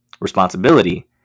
responsibility